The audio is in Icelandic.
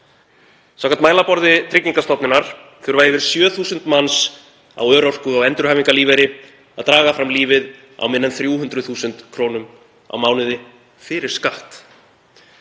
Samkvæmt mælaborði Tryggingastofnunar þurfa yfir 7.000 manns á örorku- og endurhæfingarlífeyri að draga fram lífið á minna en 300.000 kr. á mánuði fyrir skatt.